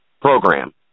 program